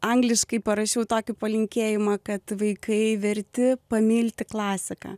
angliškai parašiau tokį palinkėjimą kad vaikai verti pamilti klasiką